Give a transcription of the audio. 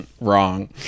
Wrong